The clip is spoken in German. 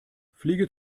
fliege